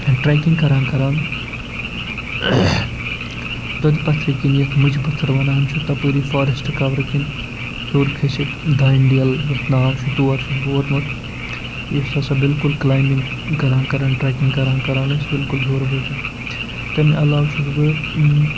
trekking کَران کَران دۄدٕ پَتھرٕ کِنۍ یَتھ مٔجہِ پَتھٕر وَنان چھِ تَپٲری فارٮ۪سٹہٕ کَورٕ کِنۍ ہیوٚر کھٔسِتھ دانڈیل یَتھ ناو چھُ تور چھُس بہٕ ووتمُت یُس ہَسا بالکُل کٕلایمِنٛگ کَران کَران ٹریکِنٛگ کَران کَران ٲسۍ بِلکُل ہیوٚر وٲتِتھ تَمہِ علاوٕ چھُس بہٕ